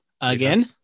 again